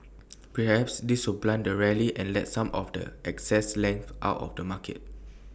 perhaps this will blunt the rally and let some of the excess length out of the market